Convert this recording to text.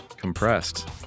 compressed